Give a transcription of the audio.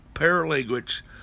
language